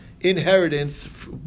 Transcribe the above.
inheritance